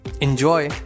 Enjoy